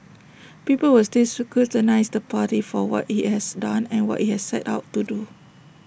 people will still scrutinise the party for what IT has done and what IT has set out to do